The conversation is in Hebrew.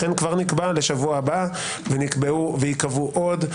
לכן כבר נקבע לשבוע הבא וייקבעו עוד.